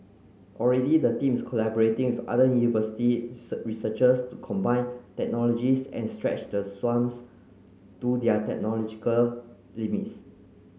already the teams collaborating with other university researchers to combine technologies and stretch the swans to their technological limits